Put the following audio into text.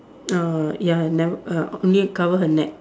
uh ya never uh only cover her neck